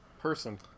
person